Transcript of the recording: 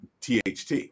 THT